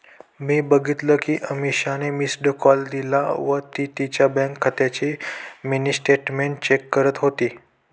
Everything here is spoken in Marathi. मी बघितल कि अमीषाने मिस्ड कॉल दिला व ती तिच्या बँक खात्याची मिनी स्टेटमेंट चेक करत होती